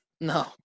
no